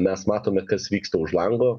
mes matome kas vyksta už lango